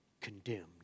Condemned